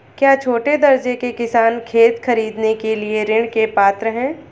क्या छोटे दर्जे के किसान खेत खरीदने के लिए ऋृण के पात्र हैं?